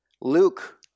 Luke